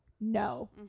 no